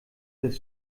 des